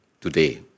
today